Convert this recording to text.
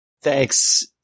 Thanks